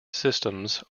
systems